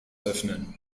öffnen